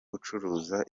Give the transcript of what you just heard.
ucuruza